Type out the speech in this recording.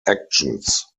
actions